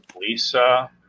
Lisa